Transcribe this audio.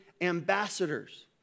ambassadors